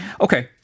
okay